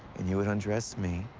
and you would undress me.